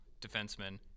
defenseman